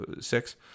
six